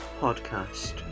podcast